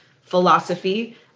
philosophy